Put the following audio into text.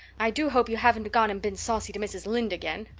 i do hope you haven't gone and been saucy to mrs. lynde again.